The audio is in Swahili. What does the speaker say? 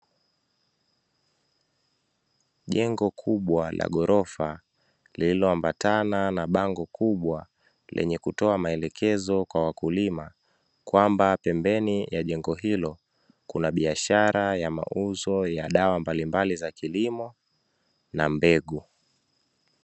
Jengo kubwa la ghorofa lililoambatana na bango kubwa lenye kutoa maelekezo kwa wakulima kwamba pembeni ya jengo hilo kuna biashara ya mauzo ya dawa mbali mbali za kilimo na mbegu.